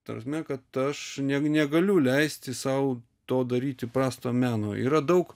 ta prasme kad aš negaliu leisti sau to daryti prasto meno yra daug